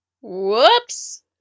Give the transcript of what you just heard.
Whoops